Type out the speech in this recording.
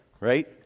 right